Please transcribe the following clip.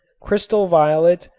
crystal violet,